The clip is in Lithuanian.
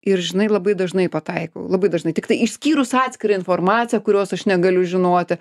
ir žinai labai dažnai pataikau labai dažnai tiktai išskyrus atskirą informaciją kurios aš negaliu žinoti